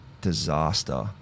disaster